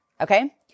okay